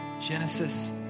Genesis